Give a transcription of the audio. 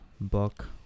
book